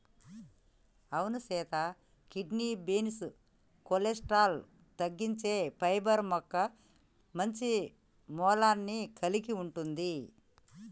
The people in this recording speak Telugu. అవును సీత కిడ్నీ బీన్స్ కొలెస్ట్రాల్ తగ్గించే పైబర్ మొక్క మంచి మూలాన్ని కలిగి ఉంటుంది